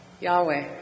Yahweh